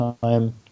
time